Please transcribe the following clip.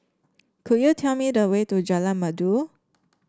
could you tell me the way to Jalan Merdu